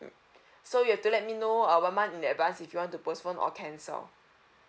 mm so you have to let me know uh one month in advance if you want to postpone or cancel